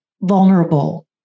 vulnerable